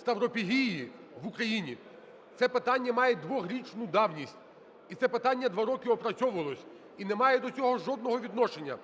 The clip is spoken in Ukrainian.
ставропігії в Україні. Це питання має 2-річну давність і це питання 2 роки опрацьовувалось. І не має до цього жодного відношення